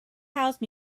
house